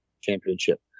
championship